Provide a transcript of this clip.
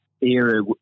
era